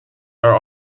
are